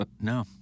No